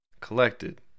collected